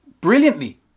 brilliantly